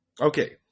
Okay